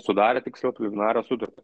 sudarė tiksliau nario sutartį